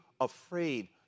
afraid